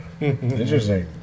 Interesting